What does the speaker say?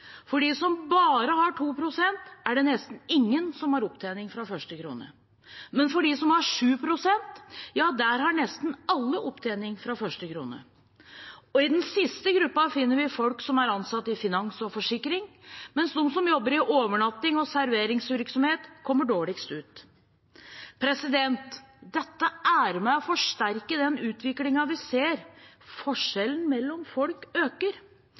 som bare har 2 pst., er det nesten ingen som har opptjening fra første krone, men av dem som har 7 pst, har nesten alle opptjening fra første krone. I den siste gruppen finner vi folk som er ansatt i finans og forsikring, mens de som jobber i overnattings- og serveringsvirksomhet, kommer dårligst ut. Dette er med på å forsterke den utviklingen vi ser: Forskjellen mellom folk øker.